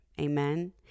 amen